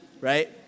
right